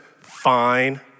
fine